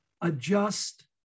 adjust